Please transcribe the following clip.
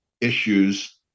issues